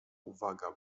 uwaga